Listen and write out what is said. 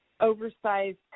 oversized